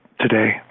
today